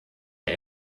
der